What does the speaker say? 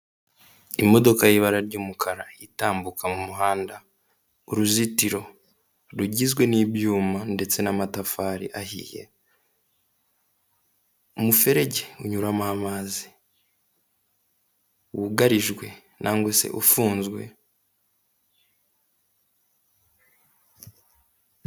Imodoka y'ibara ry'umukara itambuka mu muhanda, uruzitiro rugizwe n'ibyuma ndetse n'amatafari ahiye, umuferege unyuramo amazi wugarijwe cyangwa se ufunzwe